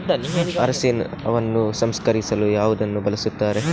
ಅರಿಶಿನವನ್ನು ಸಂಸ್ಕರಿಸಲು ಯಾವುದನ್ನು ಬಳಸುತ್ತಾರೆ?